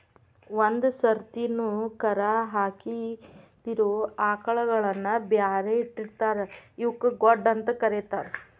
ಒಂದ್ ಸರ್ತಿನು ಕರಾ ಹಾಕಿದಿರೋ ಆಕಳಗಳನ್ನ ಬ್ಯಾರೆ ಇಟ್ಟಿರ್ತಾರ ಇವಕ್ಕ್ ಗೊಡ್ಡ ಅಂತ ಕರೇತಾರ